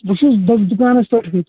بہٕ چھُس دُکانس پیٚٹھ